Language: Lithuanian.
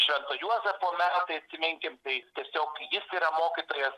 švento juozapo metai atsiminkim tai tiesiog jis yra mokytojas